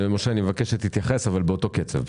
משה, אני מבקש שתתייחס, אבל באותו קצב.